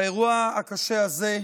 האירוע הקשה הזה,